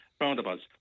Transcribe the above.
roundabouts